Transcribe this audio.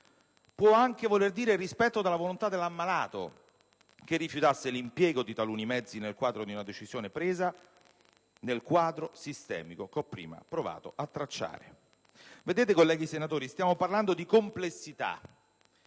Può anche voler dire rispetto della volontà dell'ammalato che rifiutasse l'impiego di taluni mezzi nell'ambito di una decisione presa nel quadro sistemico che ho prima provato a tracciare. Colleghi senatori, stiamo parlando di complessità